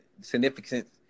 significance